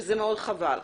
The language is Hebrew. וזה מאוד חבל.